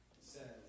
says